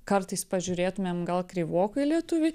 kartais pažiūrėtumėm gal kreivokai lietuviai